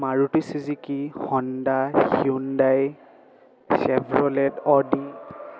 Maruti Suzuki Honda Hyundai Chevrolet Audi